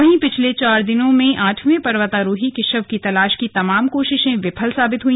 वहीं पिछले चार दिनों में आठवें पर्वतारोही के शव की तलाश की तमाम कोशिशें विफल साबित हुई